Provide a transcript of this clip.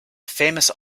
famous